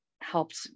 helped